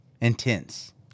intense